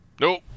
Nope